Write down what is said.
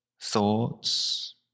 thoughts